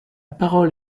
parole